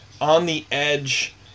on-the-edge